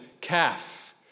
calf